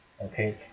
okay